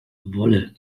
wolle